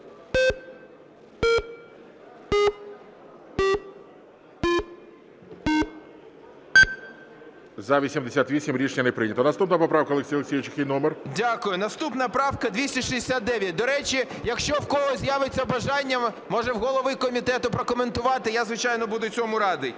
За-88 Рішення не прийнято. Наступна поправка, Олексій Олексійович, який номер? 13:58:21 ГОНЧАРЕНКО О.О. Дякую. Наступна правка 269. До речі, якщо в когось з'явиться бажання, може, в голови комітету, прокоментувати, я, звичайно, буду цьому радий.